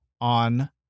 on